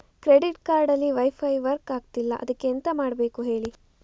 credit card ಅಲ್ಲಿ wifi work ಆಗ್ತಿಲ್ಲ ಅದ್ಕೆ ಎಂತ ಮಾಡಬೇಕು ಹೇಳಿ